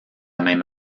même